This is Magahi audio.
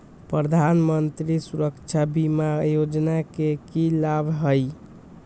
प्रधानमंत्री सुरक्षा बीमा योजना के की लाभ हई?